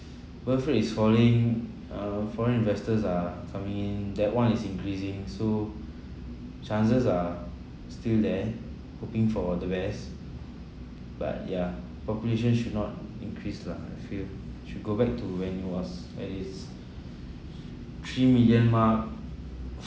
birth rate is falling uh foreign investors are coming in that one is increasing so chances are still there hoping for the best but yeah population should not increase lah I feel should go back to when it was when it's three million mark